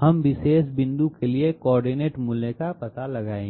हम विशेष बिंदु के लिए कोऑर्डिनेट मूल्य का पता लगाएंगे